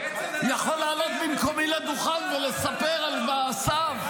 יכול לעלות במקומי לדוכן ולספר על מעשיו.